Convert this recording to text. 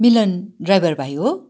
मिलन driver भाइ हो